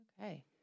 Okay